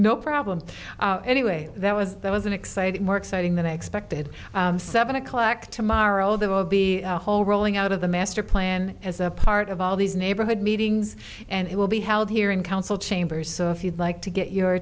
no problem anyway that was there was an exciting more exciting than expected seven a collect to morrow there will be a whole rolling out of the master plan as a part of all these neighborhood meetings and it will be held here in council chambers so if you'd like to get your